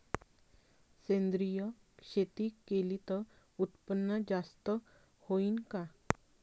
सेंद्रिय शेती केली त उत्पन्न जास्त होईन का?